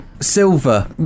Silver